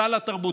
סל התרבות,